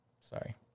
Sorry